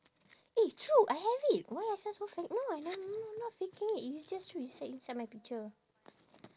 eh true I have it why I sound so fake no I am not not faking it it's just true it's like inside my picture